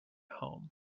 home